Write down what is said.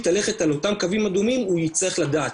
ללכת על אותם קווים אדומים הוא יצטרך לדעת,